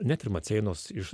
net ir maceinos iš